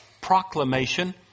proclamation